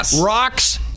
rocks